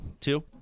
Two